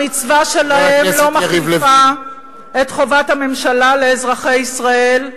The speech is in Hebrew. המצווה שלהם לא מחליפה את חובת הממשלה לאזרחי ישראל.